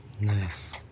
nice